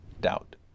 doubt